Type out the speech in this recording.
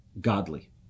godly